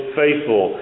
faithful